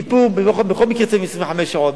ביום כיפור בכל מקרה צמים 25 שעות,